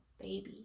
baby